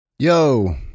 Yo